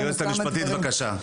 היועצת המשפטית, בבקשה.